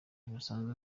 basanzwe